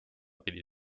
pidi